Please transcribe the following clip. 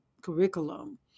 curriculum